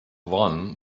won